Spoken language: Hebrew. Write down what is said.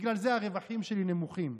בגלל זה הרווחים שלי נמוכים.